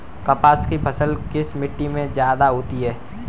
कपास की फसल किस मिट्टी में ज्यादा होता है?